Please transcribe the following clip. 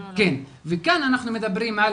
כן, וכאן אנחנו מדברים על